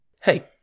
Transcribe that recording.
Hey